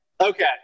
Okay